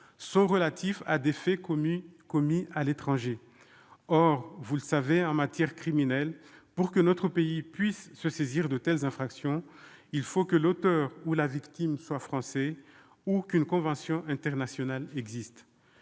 renvoient à des faits commis à l'étranger. Or- vous le savez -, en matière criminelle, pour que notre pays puisse se saisir de telles infractions, il faut que l'auteur ou la victime soit un Français ou qu'une convention internationale existe.